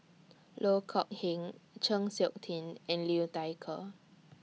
Loh Kok Heng Chng Seok Tin and Liu Thai Ker